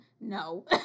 No